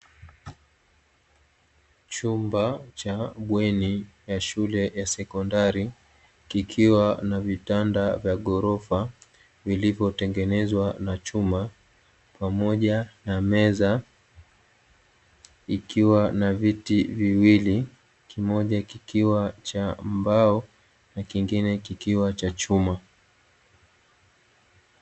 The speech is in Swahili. Chumba cha bweni ya shule ya sekondari kikiwa na vitanda vya ghorofa vilivyotengenezwa na chuma pamoja na meza ikiwa na viti viwili, kimoja kikiwa cha mbao na kingine kikiwa cha chuma.